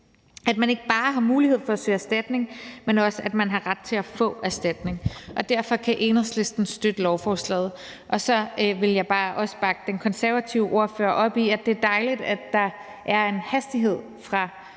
at man ikke bare har mulighed for at søge erstatning, men at man også har ret til at få erstatning. Derfor kan Enhedslisten støtte lovforslaget. Så vil jeg også bare bakke den konservative ordfører op, i forhold til at det er dejligt, at der er en hastighed fra